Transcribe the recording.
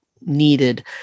needed